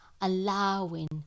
allowing